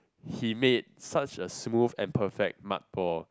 he made such a smooth and perfect mud ball